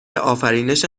آفرینش